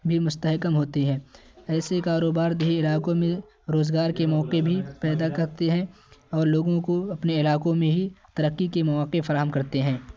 بھی مستحکم ہوتی ہے ایسے کاروبار دیہی علاقوں میں روزگار کے موقعے بھی پیدا کرتے ہیں اور لوگوں کو اپنے علاقوں میں ہی ترقی کے مواقع فراہم کرتے ہیں